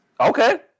Okay